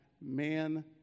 man